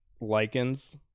lichens